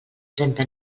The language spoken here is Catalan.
trenta